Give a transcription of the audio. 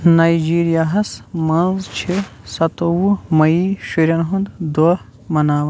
Nigeria ہَس منٛز چھِ سَتووُہ مٔیی شُرٮ۪ن ہُنٛد دۄہ مناوان